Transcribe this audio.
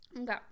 okay